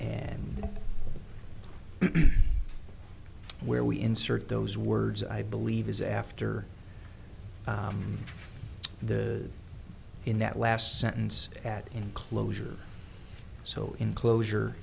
and where we insert those words i believe is after the in that last sentence at closure so enclosure